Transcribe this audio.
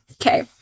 okay